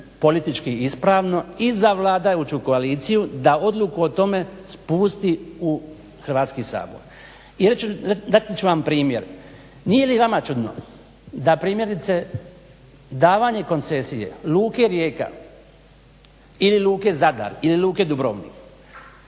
politički ispravno i za vladajuću koaliciju, da odluku o tome spusti u Hrvatski sabor. Dati ću vam primjer. Nije li vama čudno da primjerice davanje koncesije, Luke Rijeka ili Luke Zadar ili Luke Dubrovnik,